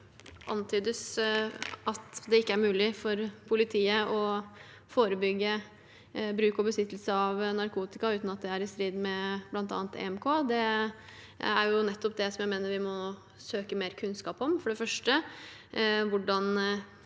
Det antydes at det ikke er mulig for politiet å forebygge bruk og besittelse av narkotika uten at det er i strid med bl.a. EMK. Det er nettopp det jeg mener vi må søke mer kunnskap om – for det første hvordan